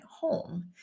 home